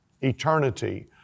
Eternity